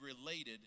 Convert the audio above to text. related